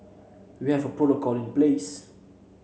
we have a protocol in place